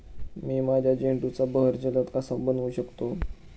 मी माझ्या झेंडूचा बहर जलद कसा बनवू शकतो?